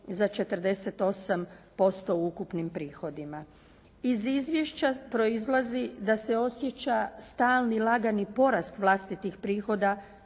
za 48% u ukupnim prihodima. Iz izvješća proizlazi da se osjeća stalni lagani porast vlastitih prihoda